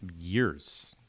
Years